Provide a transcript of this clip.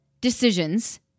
decisions